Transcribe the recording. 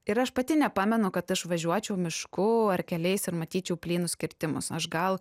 ir aš pati nepamenu kad aš važiuočiau mišku ar keliais ir matyčiau plynus kirtimus aš gal